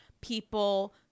people